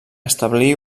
establir